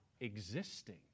existing